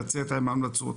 לצאת עם המלצות.